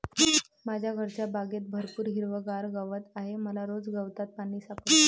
माझ्या घरच्या बागेत भरपूर हिरवागार गवत आहे मला रोज गवतात पाणी सापडते